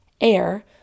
air